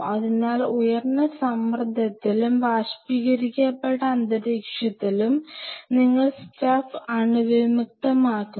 അതിനാൽ ഉയർന്ന സമ്മർദ്ദത്തിലും ബാഷ്പീകരിക്കപ്പെട്ട അന്തരീക്ഷത്തിലും നിങ്ങൾ സ്റ്റഫ് അണുവിമുക്തമാക്കുന്നു